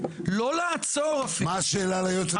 לא לעצור אפילו --- מה השאלה ליועץ המשפטי?